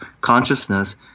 consciousness